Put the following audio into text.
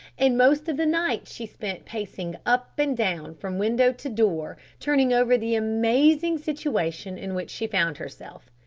and most of the night she spent pacing up and down from window to door turning over the amazing situation in which she found herself.